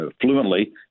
fluently